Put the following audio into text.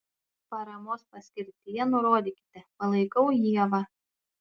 paramos paskirtyje nurodykite palaikau ievą